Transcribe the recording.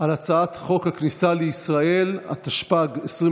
על הצעת חוק הכניסה לישראל (תיקון מס'